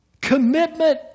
commitment